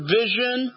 vision